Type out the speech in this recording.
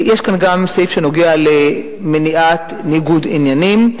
יש כאן גם סעיף שנוגע למניעת ניגוד עניינים,